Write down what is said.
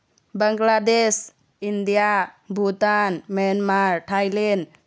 Bangladesh India Bhutan Myanmar Thailand